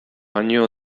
año